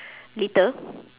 later